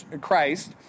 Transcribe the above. Christ